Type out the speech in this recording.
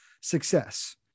success